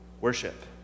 worship